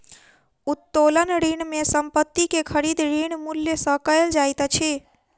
उत्तोलन ऋण में संपत्ति के खरीद, ऋण मूल्य सॅ कयल जाइत अछि